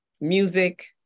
music